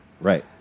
Right